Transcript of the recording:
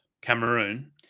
Cameroon